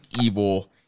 Evil